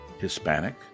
Hispanic